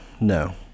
no